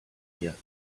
here